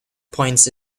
points